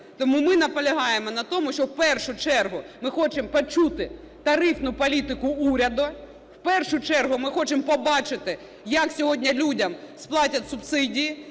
Тому ми наполягаємо на тому, щоб у першу чергу ми хочемо почути тарифну політику уряду, в першу чергу ми хочемо побачити, як сьогодні людям сплатять субсидії,